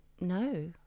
no